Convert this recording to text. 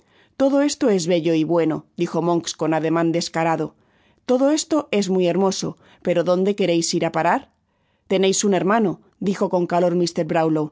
todo esto es bello y bueno dijo monks con ademan descarado todo esto es muy hermoso pero donde quereis ir á parar teneis un hermano dijo con calor